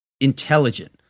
intelligent